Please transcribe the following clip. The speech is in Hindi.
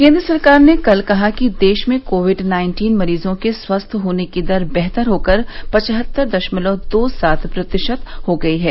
केन्द्र सरकार ने कल कहा कि देश में कोविड नाइन्टीन मरीजों के स्वस्थ होने की दर बेहतर होकर पचहत्तर दशमलव दो सात प्रतिशत हो गई है